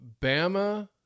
Bama